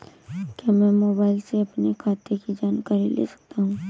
क्या मैं मोबाइल से अपने खाते की जानकारी ले सकता हूँ?